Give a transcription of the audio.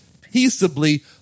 peaceably